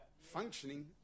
functioning